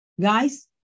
Guys